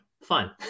fun